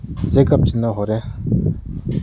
ꯆꯦꯒꯞꯁꯤꯅ ꯍꯣꯔꯦꯟ